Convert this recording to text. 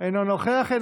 אינה נוכחת,